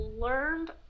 learned